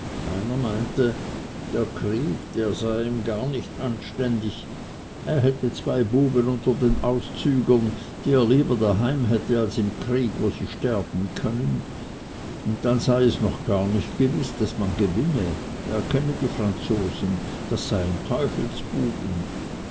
meinte der krieg der sei ihm gar nicht anständig er hätte zwei buben unter den auszügern die er lieber daheim hätte als im krieg wo sie sterben könnten und dann sei es noch gar nicht gewiß daß man gewinne er kenne die franzosen das seien